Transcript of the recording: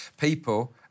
people